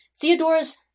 Theodora's